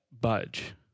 budge